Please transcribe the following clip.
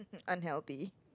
unhealthy